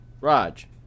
Raj